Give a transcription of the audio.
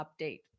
update